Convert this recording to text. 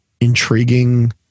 intriguing